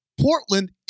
Portland